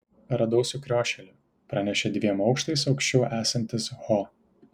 radau sukriošėlį pranešė dviem aukštais aukščiau esantis ho